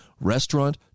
restaurant